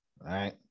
right